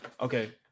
okay